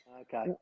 Okay